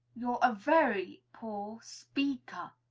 you're a very poor speaker,